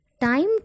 Time